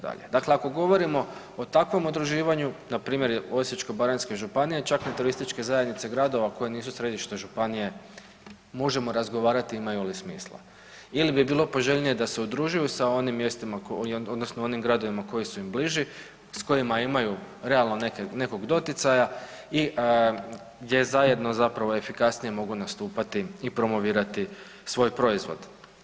Dakle, ako govorimo o takvom udruživanju npr. Osječko-baranjske županije čak i turističke zajednice gradova koje nisu središte županije možemo razgovarati imaju li smisla ili bi bilo poželjnije da se udružuju sa onim mjestima odnosno onim gradovima koji su im bliži s kojima imaju realno nekog doticaja i gdje zajedno zapravo efikasnije mogu nastupati i promovirati svoj proizvod.